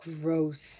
Gross